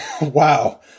Wow